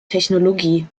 technologie